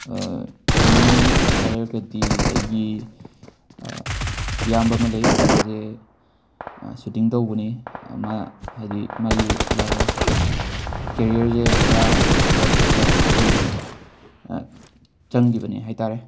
ꯃꯤꯑꯣꯏ ꯍꯥꯏꯔꯒꯗꯤ ꯑꯩꯒꯤ ꯏꯌꯥꯝꯕ ꯑꯃ ꯂꯩ ꯃꯥꯁꯦ ꯁꯨꯇꯤꯡ ꯇꯧꯕꯅꯤ ꯃꯥ ꯍꯥꯏꯗꯤ ꯃꯥꯒꯤ ꯂꯥꯍ ꯀꯦꯔꯤꯌꯔꯁꯦ ꯄꯨꯔꯥ ꯁ꯭ꯄꯣꯔꯠꯁꯇ ꯑꯣꯏꯅ ꯆꯪꯈꯤꯕꯅꯤ ꯍꯥꯏ ꯇꯥꯔꯦ